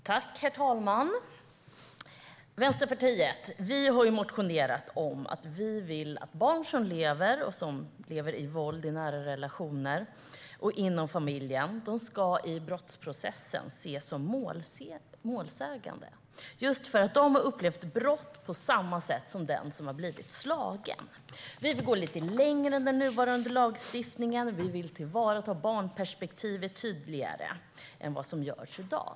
Herr talman! Vi i Vänsterpartiet har motionerat om att vi vill att barn som lever med våld i nära relationer och inom familjen ska ses som målsägande i brottsprocessen. De har upplevt brott på samma sätt som den som har blivit slagen. Vi vill gå lite längre än den nuvarande lagstiftningen. Vi vill att det ska tas tydligare hänsyn till barnperspektivet än vad som görs i dag.